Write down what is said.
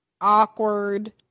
awkward